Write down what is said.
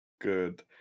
Good